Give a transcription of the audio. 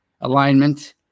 alignment